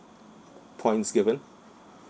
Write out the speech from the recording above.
points given